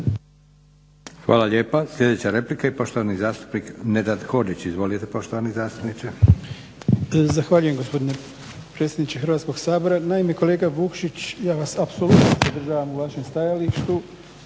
Hvala lijepa. Sljedeća replika i poštovani zastupnik Nedžad Hodžić. Izvolite poštovani zastupniče. **Hodžić, Nedžad (BDSH)** Zahvaljujem gospodine predsjedniče Hrvatskog sabora. Naime, kolega Vukšić ja vas apsolutno podržavam u vašem stajalištu